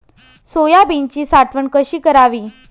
सोयाबीनची साठवण कशी करावी?